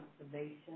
observation